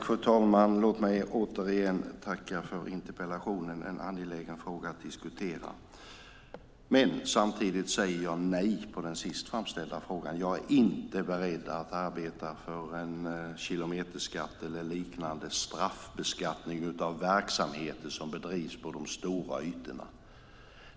Fru talman! Låt mig återigen tacka för interpellationen. Det är en angelägen fråga att diskutera. Samtidigt säger jag nej på den sist framställda frågan. Jag är inte beredd att arbeta för en kilometerskatt eller liknande straffbeskattning av verksamheter som bedrivs på de stora ytorna.